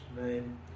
name